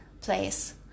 place